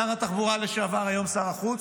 שר התחבורה לשעבר, היום שר החוץ?